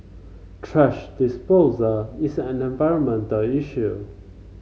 thrash disposal is an environmental issue